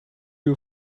you